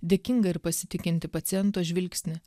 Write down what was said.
dėkingą ir pasitikintį paciento žvilgsnį